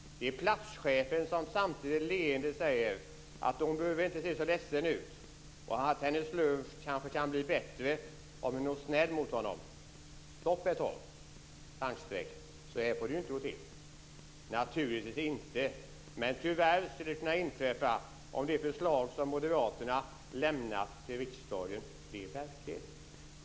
Det är platschefen som samtidigt leende säger att hon inte behöver se så ledsen ut och att hennes lön kanske kan bli bättre om hon är snäll mot honom. Stopp ett tag - så här får det ju inte gå till. Naturligtvis inte, men tyvärr skulle det kunna inträffa om det förslag som Moderaterna har lämnat till riksdagen blev verklighet.